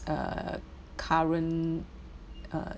uh current uh